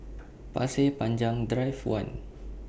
Pasir Panjang Drive one